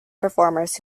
performers